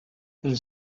elle